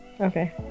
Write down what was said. Okay